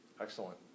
Excellent